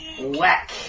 Whack